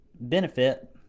benefit